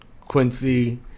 Quincy